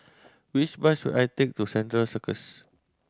which bus should I take to Central Circus